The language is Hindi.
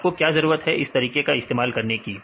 आपको क्या जरूरत है इस तरीके को इस्तेमाल करने की